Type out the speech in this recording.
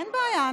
אין בעיה.